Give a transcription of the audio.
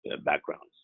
backgrounds